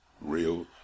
real